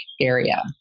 area